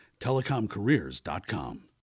TelecomCareers.com